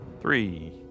Three